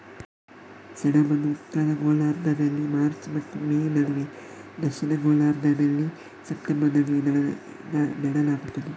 ಸೆಣಬನ್ನು ಉತ್ತರ ಗೋಳಾರ್ಧದಲ್ಲಿ ಮಾರ್ಚ್ ಮತ್ತು ಮೇ ನಡುವೆ, ದಕ್ಷಿಣ ಗೋಳಾರ್ಧದಲ್ಲಿ ಸೆಪ್ಟೆಂಬರ್ ನಡುವೆ ನೆಡಲಾಗುತ್ತದೆ